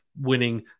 winning